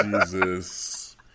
Jesus